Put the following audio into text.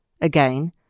Again